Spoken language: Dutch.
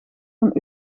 een